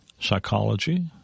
Psychology